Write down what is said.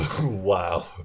Wow